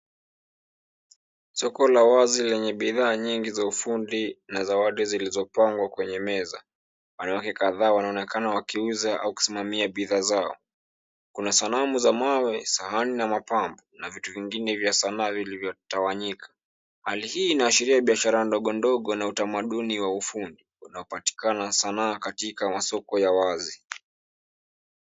Soko la wazi lenye bidhaa nyingi za ufundi na zawadi zilizopangwa kwenye meza wanawake kadhaa wanaonekana wakiuza au kusimamia bidhaa zao. Kuna sanamu za mawe sahani na mapambo na vitu vingine vya sanaa vilivyotawanyika. Hali hii inaashiria biashara ndogo ndogo na uthamaduni wa ufundi inaopatikana sana katika soko ya wazi.